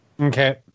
Okay